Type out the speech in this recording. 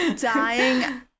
dying